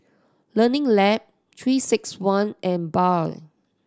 Learning Lab Three Six One and Biore